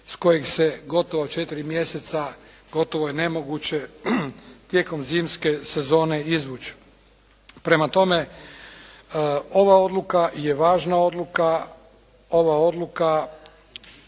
s kojeg se gotovo četiri mjeseca gotovo je nemoguće tijekom zimske sezone izvući. Prema tome ova odluka je važna odluka, ova odluka